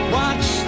watch